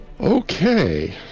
okay